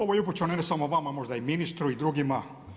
Ovo je upućeno ne samo vama, možda i ministru i drugima.